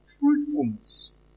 fruitfulness